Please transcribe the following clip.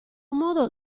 modo